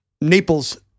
Naples